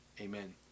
amen